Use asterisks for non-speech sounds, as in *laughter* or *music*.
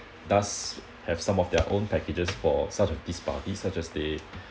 does have some of their own packages for such as these parties such as they *breath*